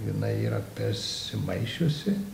jinai yra persimaišiusi